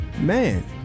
man